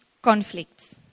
Conflicts